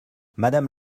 madame